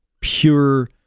pure